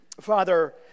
Father